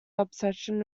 obsession